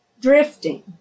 drifting